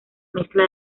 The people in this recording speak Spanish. mezcla